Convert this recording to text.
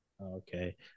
Okay